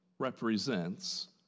represents